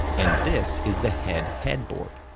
and this is the head head board.